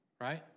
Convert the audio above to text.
right